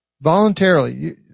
voluntarily